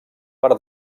per